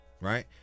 Right